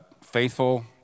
faithful